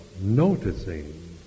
noticing